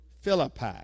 Philippi